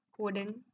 coding